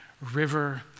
river